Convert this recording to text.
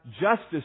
justice